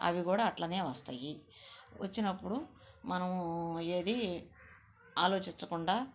అవి కూడా అట్లాగే వస్తాయి వచ్చినప్పుడు మనము ఏది ఆలోచిచ్చకుండా